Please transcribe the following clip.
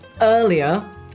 earlier